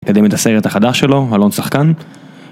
מקדם את הסרט החדש שלו, אלון שחקן